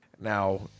Now